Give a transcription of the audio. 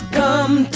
come